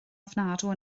ofnadwy